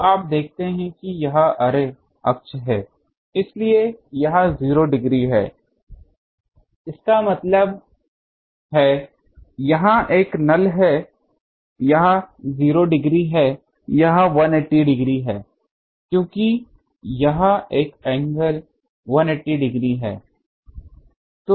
तो आप देखते हैं कि यह अर्रे अक्ष है इसलिए यह 0 डिग्री है इसका मतलब है यहाँ एक नल है यह 0 डिग्री है यह 180 डिग्री है क्योंकि यह एंगल 180 डिग्री है